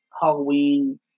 Halloween